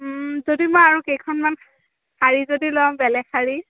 যদি মই আৰু কেইখনমান শাড়ী যদি লওঁ বেলেগ শাড়ী